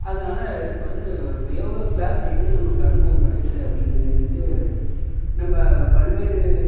அதனால் இப்போ வந்து யோகா க்ளாஸில் என்ன நமக்கு அனுபவம் கிடைச்சது அப்படிங்கறது வந்து நம்ப ஒரு பல்வேறு